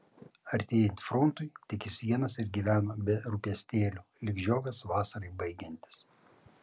artėjant frontui tik jis vienas ir gyveno be rūpestėlių lyg žiogas vasarai baigiantis